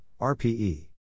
RPE